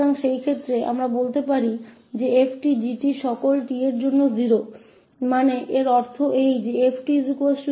तो उस स्थिति में हम कह सकते हैं कि 𝑓𝑡 𝑔𝑡 सभी के लिए समान रूप से 0 है जिसका अर्थ है कि यह 𝑓𝑡 𝑔𝑡 सभी t के लिए है